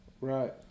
Right